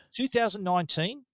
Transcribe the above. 2019